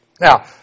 Now